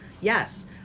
Yes